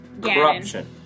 Corruption